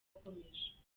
akomeje